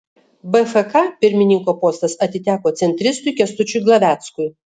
bfk pirmininko postas atiteko centristui kęstučiui glaveckui